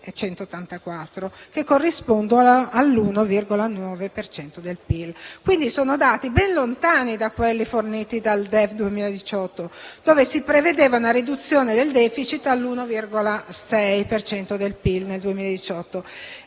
che corrisponde all'1,9 per cento del PIL. Quindi, sono dati ben lontani da quelli forniti dal DEF 2018, dove si prevedeva una riduzione del *deficit* all'1,6 per cento del PIL nel 2018.